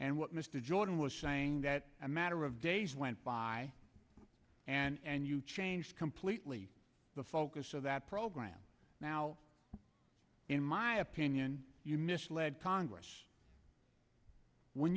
and what mr jordan was saying that a matter of days went by and you changed completely the focus of that program now in my i opinion you misled congress when